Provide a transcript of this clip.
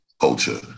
culture